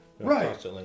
Right